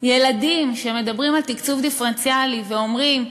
ילדים שמדברים על תקצוב דיפרנציאלי ואומרים: